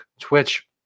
Twitch